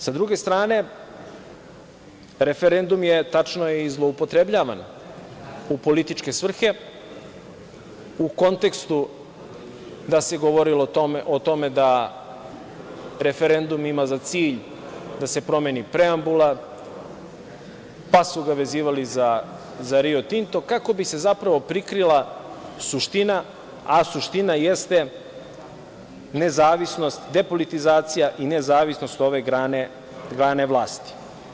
Sa druge strane, referendum je, tačno je, zloupotrebljavan u političke svrhe u kontekstu da se govorilo o tome da referendum ima za cilj da se promeni preambula, pa su ga vezivali za „Rio Tinto“ kako bi se zapravo prikrila suština, a suština jeste nezavisnost, depolitizacija i nezavisnost ove grane vlasti.